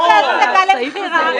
מה זה הצגה למכירה?